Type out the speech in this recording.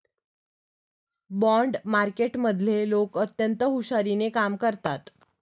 bond मार्केटमधले लोक अत्यंत हुशारीने कामं करतात